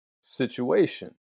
situation